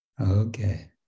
Okay